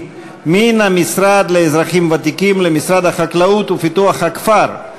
מהמשרד לאזרחים ותיקים למשרד החקלאות ופיתוח הכפר.